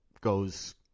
goes